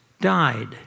died